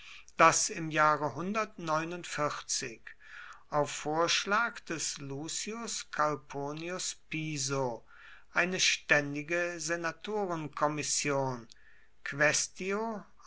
daß im jahre auf vorschlag des lucius calpurnius piso eine ständige senatorenkommission